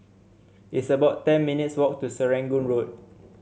it's about ten minutes' walk to Serangoon Road